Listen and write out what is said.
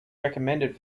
recommended